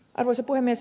arvoisa puhemies